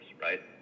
right